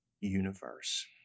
universe